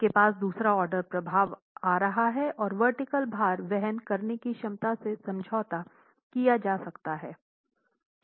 आपके पास दूसरा ऑर्डर प्रभाव आ रहा है और वर्टिकल भार वहन करने की क्षमता से समझौता किया जा सकता है